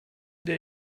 der